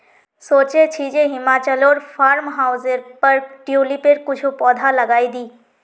सोचे छि जे हिमाचलोर फार्म हाउसेर पर ट्यूलिपेर कुछू पौधा लगइ दी